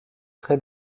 très